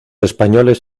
españoles